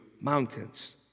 mountains